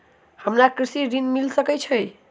हमरा कृषि ऋण मिल सकै है?